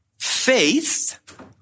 Faith